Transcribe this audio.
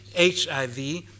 HIV